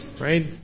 right